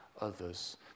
others